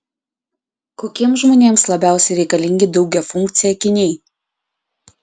kokiems žmonėms labiausiai reikalingi daugiafunkciai akiniai